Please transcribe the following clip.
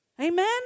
Amen